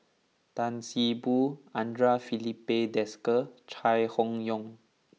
Tan See Boo Andre Filipe Desker Chai Hon Yoong